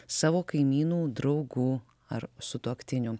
savo kaimynų draugų ar sutuoktinių